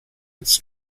its